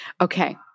Okay